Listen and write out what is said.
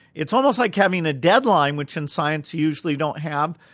it's almost like having a deadline, which in science you usually don't have.